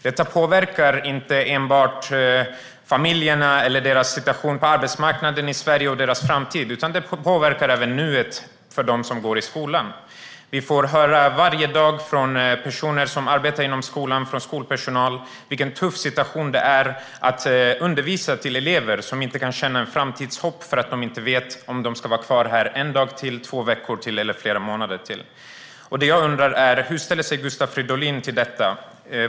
Detta påverkar inte enbart familjerna, deras situation på arbetsmarknaden i Sverige och deras framtid, utan det påverkar även nuet för dem som går i skolan. Vi får varje dag höra från skolpersonal vilken tuff situation det är att undervisa elever som inte kan känna framtidshopp eftersom de inte vet om de ska vara kvar här en dag till, två veckor till eller flera månader till. Jag undrar: Hur ställer sig Gustav Fridolin till detta?